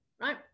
right